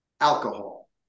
Alcohol